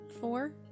Four